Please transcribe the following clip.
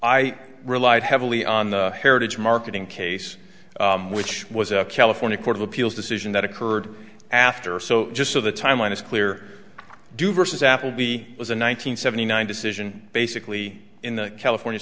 i relied heavily on the heritage marketing case which was a california court of appeals decision that occurred after so just so the timeline is clear do versus apple b was in one nine hundred seventy nine decision basically in the california